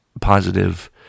positive